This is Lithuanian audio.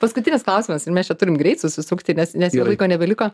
paskutinis klausimas ir mes čia turim greit susisukti nes nes jau laiko nebeliko